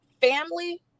family